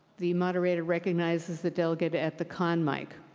the moderator recognizes the delegate at the con mic.